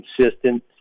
consistent